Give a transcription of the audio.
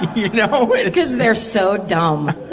you know? cause they're so dumb.